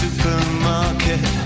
Supermarket